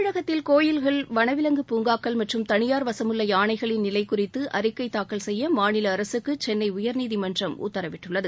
தமிழகத்தில் கோயில்கள் வனவிலங்கு பூங்காக்கள் மற்றும் தனியார் வசமுள்ள யானைகளின் நிலை குறித்து அறிக்கை தாக்கல் செய்ய மாநில அரசுக்கு சென்னை உயர்நீதிமன்றம் உத்தரவிட்டுள்ளது